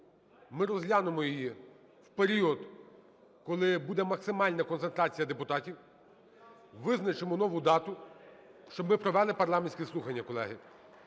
ми розглянемо її в період, коли буде максимальна концентрація депутатів. Визначимо нову дату, щоб ми провели парламентські слухання, колеги.